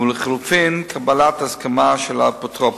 ולחלופין, קבלת ההסכמה של האפוטרופוס.